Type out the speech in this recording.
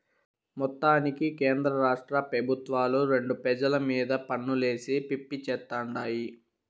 మొత్తానికి కేంద్రరాష్ట్ర పెబుత్వాలు రెండు పెజల మీద పన్నులేసి పిప్పి చేత్తుండాయి